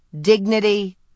Dignity